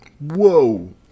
Whoa